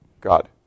God